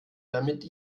damit